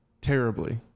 terribly